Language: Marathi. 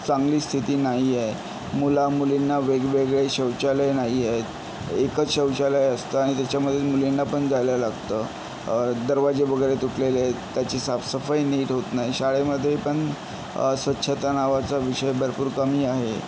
चांगली स्थिती नाही आहे मुलामुलींना वेगवेगळे शौचालयं नाही आहेत एकच शौचालय असतं आणि त्याच्यामध्येच मुलींना पण जायला लागतं दरवाजे वगैरे तुटलेले आहेत त्याची साफसफाई नीट होत नाही शाळेमध्ये पण स्वच्छता नावाचा विषय भरपूर कमी आहे